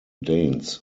danes